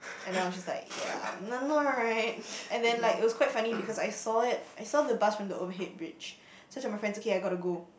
and I was just like ya I'm I'm alright and then like it was quite funny because I saw it I saw the bus from the overhead bridge so I told my friends okay I got to go